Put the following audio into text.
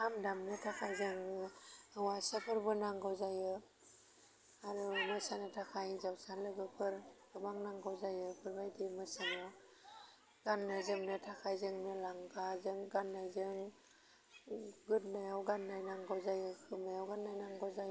खाम दामनो थाखाय जों हौवासाफोरबो नांगौ जायो आरो मोसानो थाखाय हिन्जावसा लोगोफोर गोबां नांगौ जायो बेफोरबायदि मोसानायाव गान्नो जोमनो थाखाय जोंनो लांगाजों गान्नायजों गोदोनायाव गान्नाय नांगौ जायो खोमायाव गान्नाय नांगौ जायो